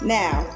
now